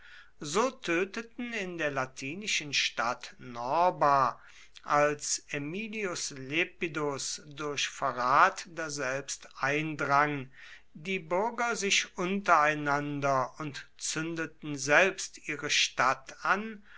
so töteten in der latinischen stadt norba als aemilius lepidus durch verrat daselbst eindrang die bürger sich untereinander und zündeten selbst ihre stadt an